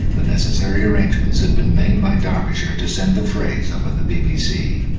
the necessary arrangements had been made by derbyshire to send the phrase over the bbc.